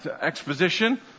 exposition